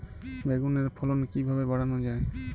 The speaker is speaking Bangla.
বেগুনের ফলন কিভাবে বাড়ানো যায়?